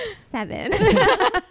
seven